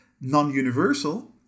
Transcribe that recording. non-universal